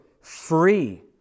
free